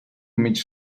mig